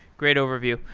great overview.